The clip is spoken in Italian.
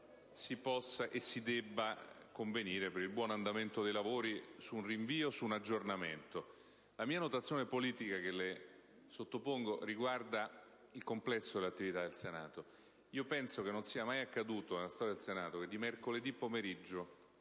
si possa e si debba convenire per il buon andamento dei lavori su un rinvio o su un aggiornamento. La notazione politica che le sottopongo riguarda però il complesso dell'attività del Senato. Penso non sia mai accaduto nella storia del Senato che di mercoledì pomeriggio